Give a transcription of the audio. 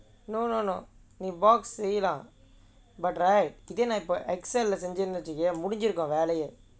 no no no நீ:nee box செய்யலாம்:seiyalaam but right இதே நான்:ithae naan Excel leh செஞ்சிருந்தா:senjirunthaa